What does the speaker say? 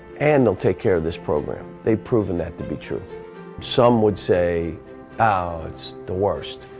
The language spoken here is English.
and they'll take care of this program they've proven that to be true some would say out the worst